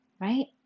right